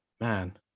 man